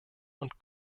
und